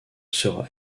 sera